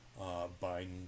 Biden